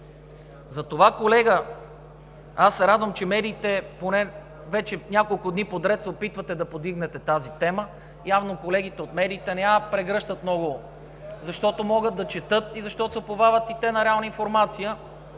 Затова, колега, аз се радвам, че поне в медиите вече няколко дни подред се опитвате да повдигнете тази тема, явно колегите от медиите не я прегръщат много, защото могат да четат и защото се уповават на реална информация,